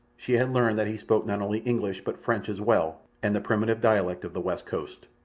she had learned that he spoke not only english but french as well, and the primitive dialect of the west coast.